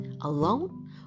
alone